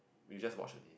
you just watch only